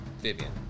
Vivian